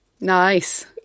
Nice